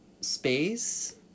space